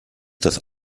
das